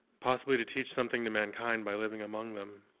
possibly to teach something to mankind by living among them.